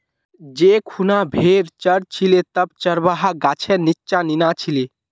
जै खूना भेड़ च र छिले तब चरवाहा गाछेर नीच्चा नीना छिले